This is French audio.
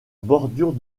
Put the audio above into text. bordure